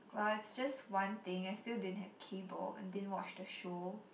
well it's just one thing I still didn't have cable and didn't watch the show